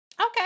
Okay